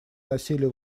насилия